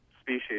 species